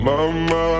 Mama